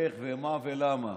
איך ומה ולמה.